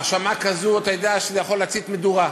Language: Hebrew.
האשמה כזו, אתה יודע שזה יכול להצית מדורה.